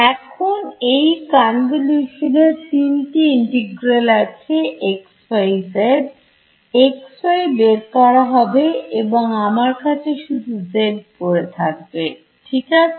এখন এই কনভলিউশন এর তিনটি ইন্টিগ্রালস আছেxyzxy বের করা হবে এবং আমার কাছে শুধু z পড়ে থাকবে ঠিক আছে